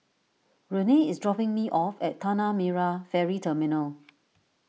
Renae is dropping me off at Tanah Merah Ferry Terminal